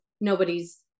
nobody's